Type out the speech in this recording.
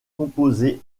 composés